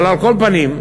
על כל פנים,